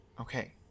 Okay